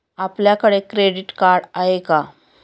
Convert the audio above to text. आपल्याकडे credit card आहे का?